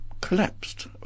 collapsed